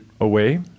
away